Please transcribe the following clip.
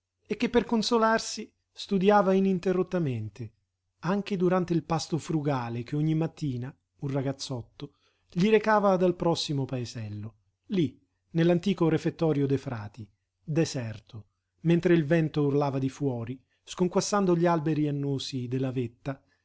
e che per consolarsi studiava ininterrottamente anche durante il pasto frugale che ogni mattina un ragazzotto gli recava dal prossimo paesello lí nell'antico refettorio de frati deserto mentre il vento urlava di fuori squassando gli alberi annosi della vetta